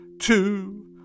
two